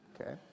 okay